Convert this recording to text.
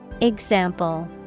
Example